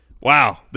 Wow